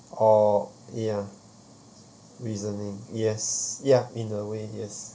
or ya reasoning yes ya in a way yes